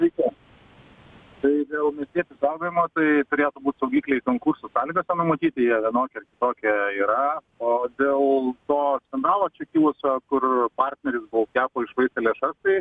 sveiki tai dėl miestiečių saugojimo tai turėtų būt saugikliai konkursų sąlygose numatyti jie vienokie ar kitokie yra o dėl to skandalo čia kilusio kur partneris bolt kepui išsvaistė lėšas tai